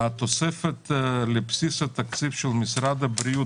התוספת לבסיס התקציב של משרד הבריאות,